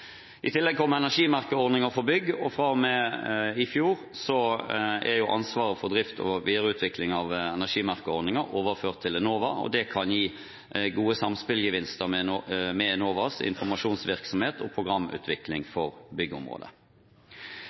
I tillegg kommer energimerkeordningen for bygg. Fra og med i fjor er ansvaret for drift og videreutvikling av energimerkeordningen overført til Enova, og det kan gi gode samspillgevinster med Enovas informasjonsvirksomhet og programutvikling for byggområdet.